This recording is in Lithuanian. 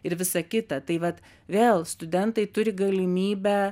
ir visa kita tai vat vėl studentai turi galimybę